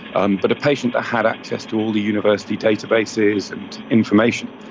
um but a patient that had access to all the university databases and information.